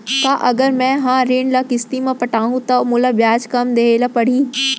का अगर मैं हा ऋण ल किस्ती म पटाहूँ त मोला ब्याज कम देहे ल परही?